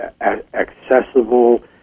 accessible